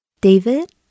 David